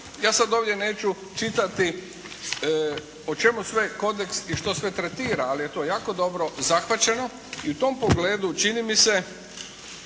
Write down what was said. Ja sad ovdje neću čitati o čemu sve kodeks i što sve tretira ali je to jako dobro zahvaćeno i u tom pogledu čini mi se